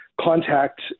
contact